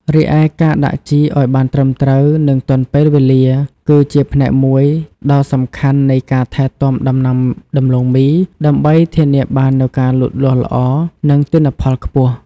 រីឯការដាក់ជីឱ្យបានត្រឹមត្រូវ និងទាន់ពេលវេលា គឺជាផ្នែកមួយដ៏សំខាន់នៃការថែទាំដំណាំដំឡូងមី ដើម្បីធានាបាននូវការលូតលាស់ល្អ និងទិន្នផលខ្ពស់។